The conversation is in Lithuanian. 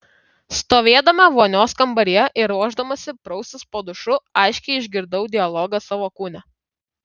stovėdama vonios kambaryje ir ruošdamasi praustis po dušu aiškiai išgirdau dialogą savo kūne